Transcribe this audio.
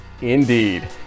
Indeed